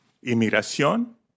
inmigración